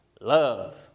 love